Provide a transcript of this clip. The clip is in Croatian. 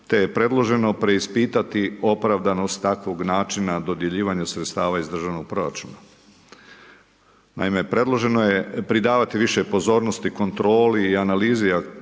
te je predloženo preispitati opravdanost takvog načina, dodjeljivanje sredstava iz državnog proračuna. Naime, predloženo je pridavati više pozornosti kontroli i analizi